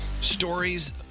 Stories